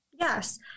Yes